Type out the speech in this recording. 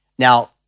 Now